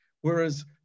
Whereas